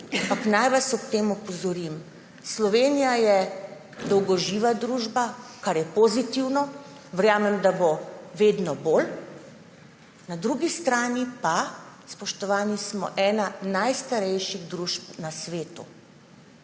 naj vas ob tem opozorim, Slovenija je dolgoživa družba, kar je pozitivno, verjamem, da bo vedno bolj, na drugi strani pa, spoštovani, smo ena najstarejših družb na svetu.